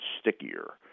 stickier